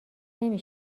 نمی